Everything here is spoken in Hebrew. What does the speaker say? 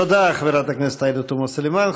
תודה, חברת הכנסת עאידה תומא סלימאן.